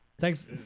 Thanks